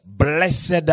Blessed